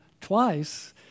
twice